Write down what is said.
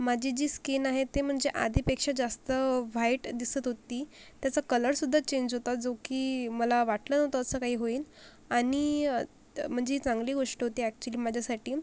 माझी जी स्कीन आहे ते म्हणजे आधीपेक्षा जास्त व्हाईट दिसत होती त्याचा कलरसुद्धा चेंज होता जो की मला वाटलं नव्हतं असं काही होईल आणि तर म्हणजे चांगली गोष्ट होती ॲक्च्युली माझ्यासाठी